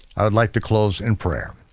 i'd like to close in prayer.